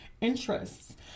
interests